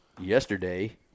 yesterday